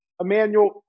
Emmanuel